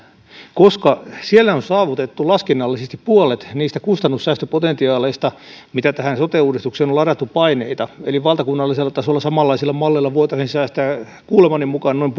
koska siellä on saavutettu laskennallisesti puolet niistä kustannussäästöpotentiaaleista mitä sote uudistukseen on ladattu paineita eli valtakunnallisella tasolla samanlaisella mallilla voitaisiin säästää kuulemani mukaan noin